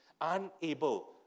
unable